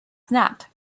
snapped